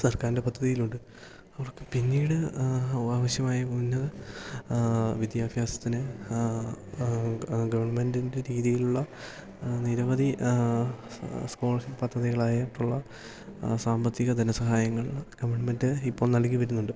സർക്കാരിൻ്റെ പദ്ധതിയിലുണ്ട് അവർക്ക് പിന്നീട് ആവശ്യമായ ഉന്നത വിദ്യാഭ്യാസത്തിന് ഗവൺമെൻ്റിൻ്റെ രീതിയിലുള്ള നിരവധി സ്കോളർഷിപ്പ് പദ്ധതികളായിട്ടുള്ള സാമ്പത്തിക ധനസഹായങ്ങൾ ഗവൺമെൻ്റ് ഇപ്പോള് നൽകി വരുന്നുണ്ട്